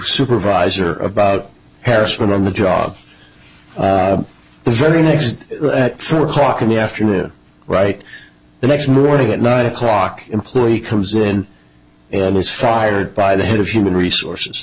supervisor about parish went on the job the very next for clock in the afternoon right the next morning at nine o'clock employee comes in and is fired by the head of human resources